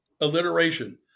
Alliteration